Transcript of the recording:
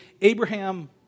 Abraham